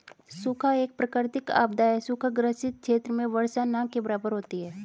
सूखा एक प्राकृतिक आपदा है सूखा ग्रसित क्षेत्र में वर्षा न के बराबर होती है